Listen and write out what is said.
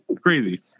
crazy